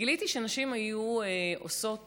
גיליתי שנשים היו עושות